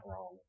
wrong